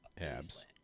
abs